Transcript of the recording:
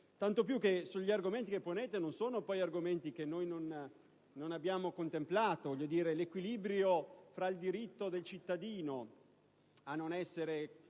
Tanto più che quelli che ponete non sono argomenti che non abbiamo contemplato: quello dell'equilibrio tra il diritto del cittadino a non essere